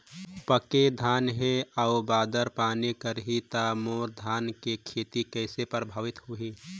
पके धान हे अउ बादर पानी करही त मोर धान के खेती कइसे प्रभावित होही?